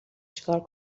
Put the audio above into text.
چیکار